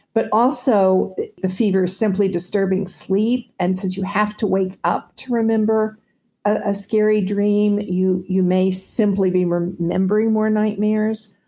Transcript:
but also the fever is simply disturbing sleep and since you have to wake up to remember a scary dream, you you may simply be remembering more nightmares.